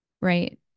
Right